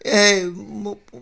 ए